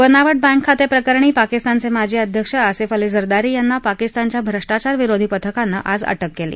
बनावट बँक खातप्रिकरणी पाकिस्तानचमिाजी अध्यक्ष असिफ अली झरदारी यांना पाकिस्तानच्या भ्रष्टाचार विरोधी पथकानं आज अटक कली